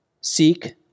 Seek